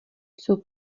jsou